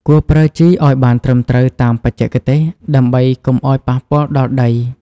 គួរប្រើជីឲ្យបានត្រឹមត្រូវតាមបច្ចេកទេស ដើម្បីកុំឲ្យប៉ះពាល់ដល់ដើម។